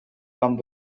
come